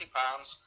pounds